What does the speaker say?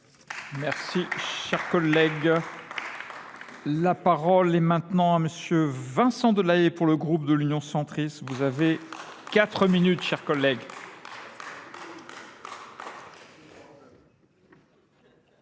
Merci, cher collègue. La parole est maintenant à monsieur Vincent Delahaye pour le groupe de l'Union centrice. Vous avez quatre minutes, cher collègue.